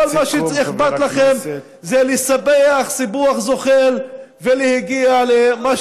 כל מה שאכפת לכם זה לספח סיפוח זוחל ולהגיע למה